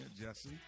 Jesse